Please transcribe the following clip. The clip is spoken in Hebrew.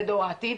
זה דור העתיד,